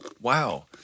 wow